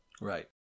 Right